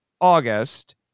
August